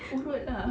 urut lah